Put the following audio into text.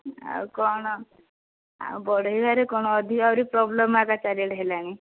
ଆଉ କଣ ଆଉ ବଢ଼େଇବାରେ କଣ ଅଧିକ ଆହୁରି ପ୍ରୋବ୍ଲେମ୍ ଆକା ଚାରିଆଡ଼େ ହେଲାଣି